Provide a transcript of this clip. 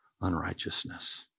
unrighteousness